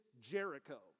Jericho